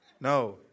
No